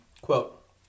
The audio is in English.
Quote